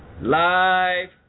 live